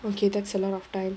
okay that's a lot of time